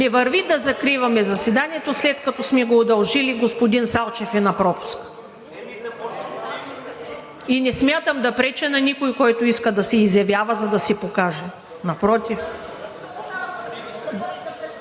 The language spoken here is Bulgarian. Не върви да закриваме заседанието, след като сме го удължили. Господин Салчев е на пропуски. Не смятам да преча на никого, който иска да се изявява, за да се покаже, напротив.